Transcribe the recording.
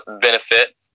benefit